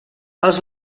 els